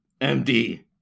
MD